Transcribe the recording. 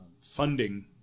funding